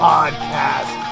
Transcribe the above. Podcast